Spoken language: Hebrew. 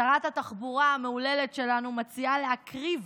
שרת התחבורה המהוללת שלנו מציעה להקריב